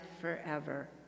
forever